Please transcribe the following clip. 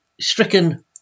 stricken